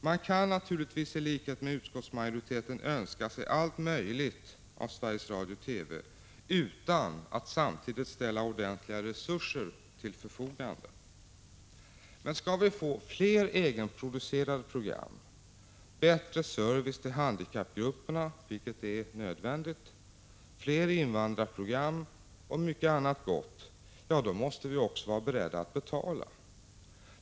Man kan naturligtvis i likhet med utskottsmajoriteten önska sig allt möjligt av Sveriges Radio/TV utan att samtidigt ställa ordentliga resurser till förfogande. Men skall vi få fler egenproducerade program, bättre service till handikappgrupperna — vilket är helt nödvändigt —, fler invandrarprogram och mycket annat gott, då måste vi också vara beredda att betala.